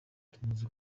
tumaze